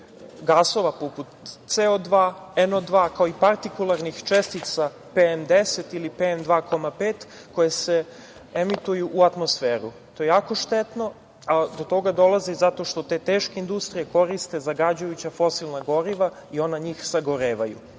gasova, poput CO2, NO2, kao i partikularnih čestica PN10 ili PN2,5, koje se emituju u atmosferu. To je jako štetno, a do toga dolazi, zato što te teške industrije koristi zagađujuća fosilna goriva i ona njih sagorevaju,